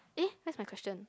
eh where's my question